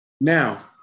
Now